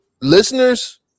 listeners